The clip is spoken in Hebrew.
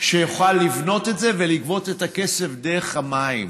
שיוכל לבנות את זה ולגבות את הכסף דרך המים.